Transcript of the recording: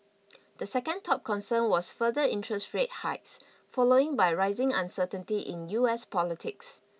the second top concern was further interest rate hikes following by rising uncertainty in U S politics